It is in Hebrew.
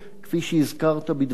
כפי שהזכרת בדבריך,